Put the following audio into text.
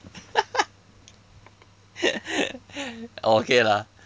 oh okay lah